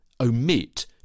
omit